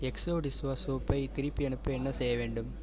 Exo dishwash சோப்பை திருப்பி அனுப்ப என்ன செய்ய வேண்டும்